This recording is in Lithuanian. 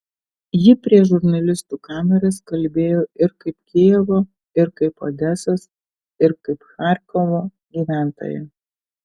ji prieš žurnalistų kameras kalbėjo ir kaip kijevo ir kaip odesos ir kaip charkovo gyventoja